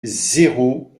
zéro